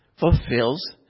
fulfills